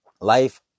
life